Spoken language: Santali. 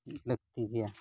ᱞᱟᱹᱠᱛᱤ ᱜᱮᱭᱟ